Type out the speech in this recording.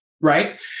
right